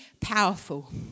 powerful